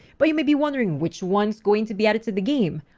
but you may be wondering, which one's going to be added to the game?